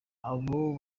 abo